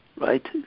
right